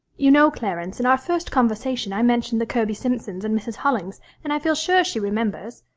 you know, clarence, in our first conversation i mentioned the kirby simpsons and mrs. hollings, and i feel sure she remembers.